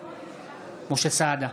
משה סעדה,